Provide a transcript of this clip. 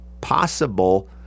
possible